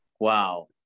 Wow